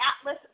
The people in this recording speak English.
Atlas